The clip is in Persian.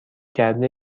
کرده